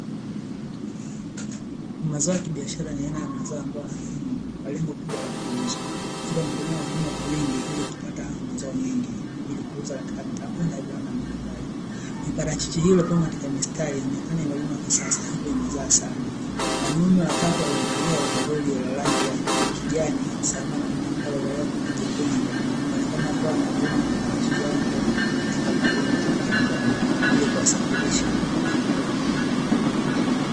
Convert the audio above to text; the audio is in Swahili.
Mazao ya kibiashara ni aina ya mazao ambayo yanalimwa kwa lengo kubwa la kuuzwa, hivyo mkulima hulima kwa wingi ili kupata mazao mengi ili kuuza katika makampuni na viwanda mbalimbali, miparachichi hiyo iliyopandwa katika mstari inaonekana imelimwa kisasa hivyo imezaa sana, wanaume watatu waliovalia ovaloli ya rangi ya kijani sambamba na mwanamke amevalia koti jekundu, wanaoneka wakiwa wanavuna maparachichi hayo kwenye matenga maalum ya rangi ya njano ili kuyasafirisha.